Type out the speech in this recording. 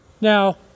Now